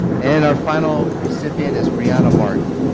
and our final recipient is brianna martin